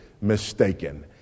mistaken